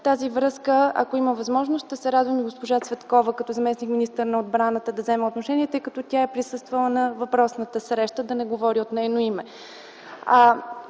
тази връзка, ако има възможност, ще се радвам и госпожа Цветкова като заместник-министър на отбраната да вземе отношение, тъй като тя е присъствала на въпросната среща, да не говоря от нейно име.